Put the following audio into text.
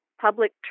public